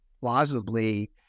plausibly